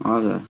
हजुर